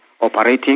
operating